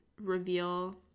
reveal